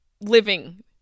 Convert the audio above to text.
living